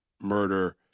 murder